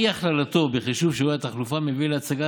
אי-הכללתו בחישוב שיעורי התחלופה מביא להצגה